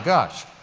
gosh.